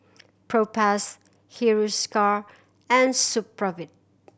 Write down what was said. Propass Hiruscar and Supravit